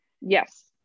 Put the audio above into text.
yes